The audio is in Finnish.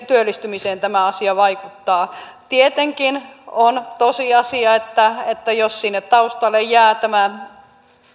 työllistymiseen tämä asia vaikuttaa tietenkin on tosiasia että että jos sinne taustalle jää tämä